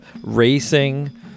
racing